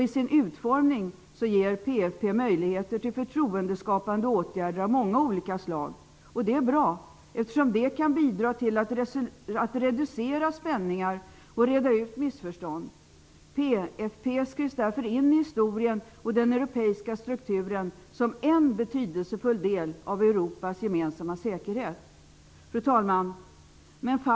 I sin utformning ger PFP möjligheter till förtroendeskapande åtgärder av många olika slag. Det är bra, eftersom det kan bidra till att reducera spänningar och reda ut missförstånd. PFP skrivs därför in i historien och den euroepeiska strukturen som enbetydelsefull del i Europas gemensamma säkerhet. Fru talman!